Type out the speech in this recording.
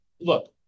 look